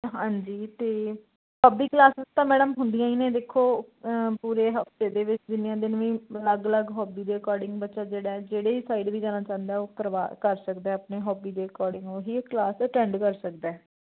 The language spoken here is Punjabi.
ਹਾਂਜੀ ਅਤੇ ਸਭ ਦੀ ਕਲਾਸਿਸ ਤਾਂ ਮੈਡਮ ਹੁੰਦੀਆਂ ਹੀ ਨੇ ਦੇਖੋ ਪੂਰੇ ਹਫਤੇ ਦੇ ਵਿੱਚ ਜਿੰਨੀਆਂ ਦਿਨ ਵੀ ਅਲੱਗ ਅਲੱਗ ਹੋਬੀ ਦੇ ਅਕੋਰਡਿੰਗ ਬੱਚਾ ਜਿਹੜਾ ਜਿਹੜੇ ਵੀ ਸਾਈਡ ਵੀ ਜਾਣਾ ਚਾਹੁੰਦਾ ਉਹ ਕਰਵਾ ਕਰ ਸਕਦਾ ਆਪਣੇ ਹੋਬੀ ਦੇ ਅਕੋਰਡਿੰਗ ਉਹੀ ਕਲਾਸ ਅਟੈਂਡ ਕਰ ਸਕਦਾ